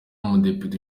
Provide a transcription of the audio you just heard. umudepite